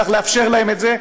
צריך לאפשר להם את זה,